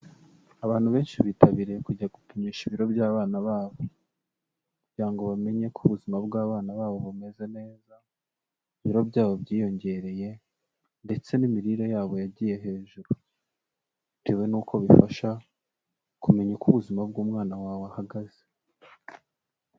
Abantu benshi bitabiriye kujya gupimisha ibiro by'abana babo kugira ngo bamenye ko ubuzima bw'abana babo bumeze neza, ibiro byabo byiyongereye ndetse n'imirire yabo yagiye hejuru, bitewe nuko bifasha kumenya uko ubuzima bw'umwana wawe ahagaze.